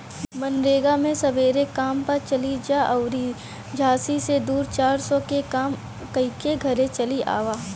मनरेगा मे सबेरे काम पअ चली जा अउरी सांझी से दू चार सौ के काम कईके घरे चली आवअ